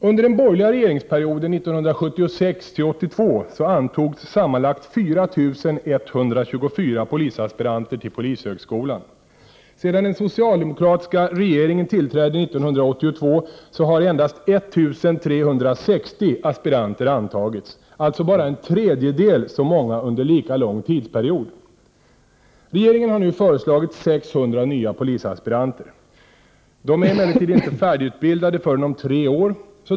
Under den borgerliga regeringsperioden 1976-82 antogs sammanlagt 4 124 polisaspiranter till polishögskolan. Sedan den socialdemokratiska regeringen tillträdde 1982 har endast 1 360 aspiranter antagits, alltså bara en tredjedel så många under lika lång tidsperiod. Regeringen har nu föreslagit 600 nya polisaspiranter. De är emellertid inte färdigutbildade förrän om tre år.